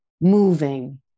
moving